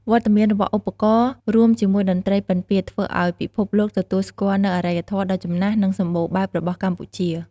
វត្តមានរបស់ឧបករណ៍ រួមជាមួយតន្ត្រីពិណពាទ្យ ធ្វើឱ្យពិភពលោកទទួលស្គាល់នូវអរិយធម៌ដ៏ចំណាស់ និងសម្បូរបែបរបស់កម្ពុជា។